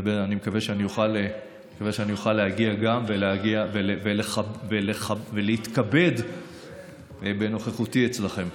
ואני מקווה שאני אוכל גם להגיע ולהתכבד בנוכחותי אצלכם.